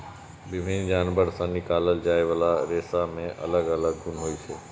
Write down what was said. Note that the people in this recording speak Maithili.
विभिन्न जानवर सं निकालल जाइ बला रेशा मे अलग अलग गुण होइ छै